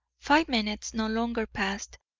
five minutes, no longer, passed,